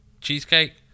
cheesecake